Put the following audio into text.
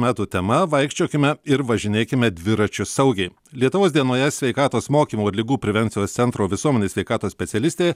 metų tema vaikščiokime ir važinėkime dviračiu saugiai lietuvos dienoje sveikatos mokymo ir ligų prevencijos centro visuomenės sveikatos specialistė